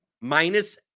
Minus